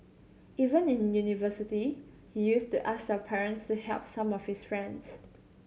even in university he used to ask our parents to help some of his friends